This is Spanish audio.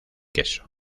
queso